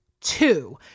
two